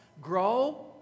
grow